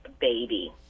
baby